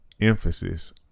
emphasis